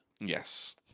Yes